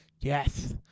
Yes